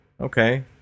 Okay